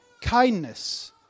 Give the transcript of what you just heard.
kindness